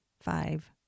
Five